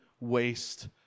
waste